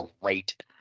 great